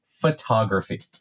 Photography